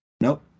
Nope